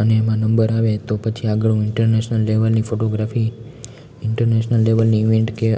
અને એમાં નંબર આવે તો પછી આગળ હું ઈન્ટરનેશનલ લેવલની ફોટોગ્રાફી ઈન્ટરનેશનલ લેવની ઈવેંટ કે